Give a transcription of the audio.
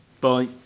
bye